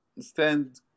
stand